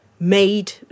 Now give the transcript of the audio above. made